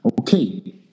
Okay